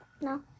No